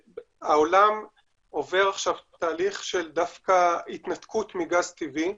העולם עובר עכשיו דווקא תהליך של התנתקות מגז טבעי,